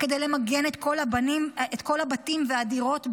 כדי למגן את כל הבתים והדירות באמת.